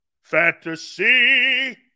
Fantasy